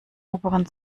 oberen